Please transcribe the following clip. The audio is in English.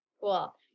cool